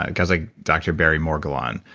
ah guys like dr. barry morguelan.